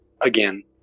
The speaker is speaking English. again